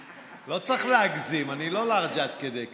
לא צריך להגזים, אני לא לארג' עד כדי כך.